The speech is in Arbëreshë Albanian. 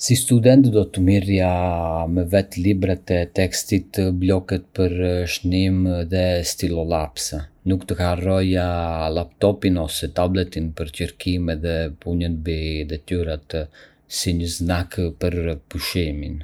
Si student, do të merrja me vete librat e tekstit, blloqet për shënime dhe stilolapsa. Nuk do të harroja laptopin ose tabletin për kërkime dhe punën mbi detyrat, dhe një snack për pushimin.